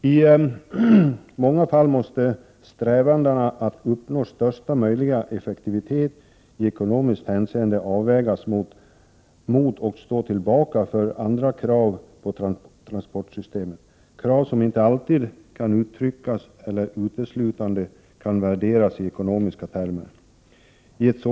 I många fall måste strävandena att uppnå största möjliga effektivitet i ekonomiskt hänseende avvägas mot och stå tillbaka för andra krav på transportsystemet, krav som inte alltid kan uttryckas eller uteslutande värderas i ekonomiska termer.